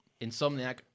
Insomniac